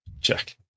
check